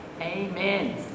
amen